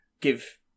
give